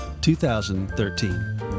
2013